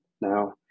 now